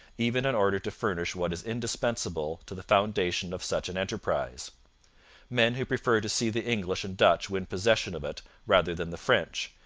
even in order to furnish what is indispensable to the foundation of such an enterprise men who prefer to see the english and dutch win possession of it rather than the french,